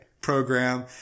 program